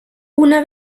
una